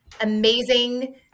amazing